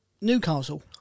Newcastle